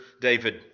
David